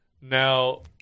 Now